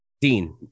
dean